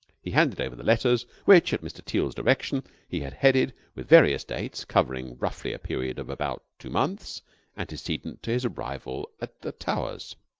he handed over the letters, which, at mr. teal's direction, he had headed with various dates covering roughly a period of about two months antecedent to his arrival at the towers.